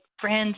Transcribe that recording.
friends